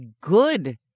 good